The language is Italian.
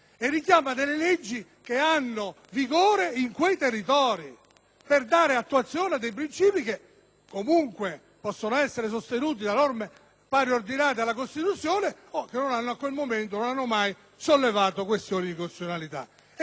per dare attuazione a dei princìpi che comunque possono essere sostenuti da norme pariordinate alla Costituzione, in merito alle quali, fino a quel momento, non si sono mai sollevate questioni di costituzionalità. Ebbene, la Giunta ha svolto un giudizio preclusivo